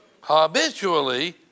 habitually